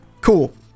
cool